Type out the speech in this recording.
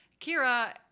Kira